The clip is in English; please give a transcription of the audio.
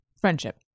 Friendship